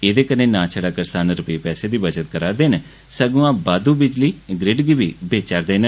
एह्दे कन्ने नां छड़ा करसान रपे पैसे दी बचत करा'रदे न सगुआं बाद्दू बिजली ग्रिड गी बी बेचा'रदे न